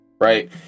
right